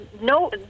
no